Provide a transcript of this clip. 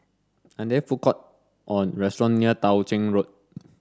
are there food court or restaurant near Tao Ching Road